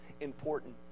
important